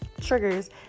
triggers